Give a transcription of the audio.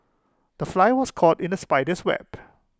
the fly was caught in the spider's web